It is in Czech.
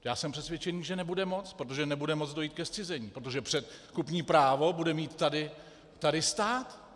Já jsem přesvědčený, že nebude moct, protože nebude moct dojít ke zcizení, protože předkupní právo bude mít tady stát.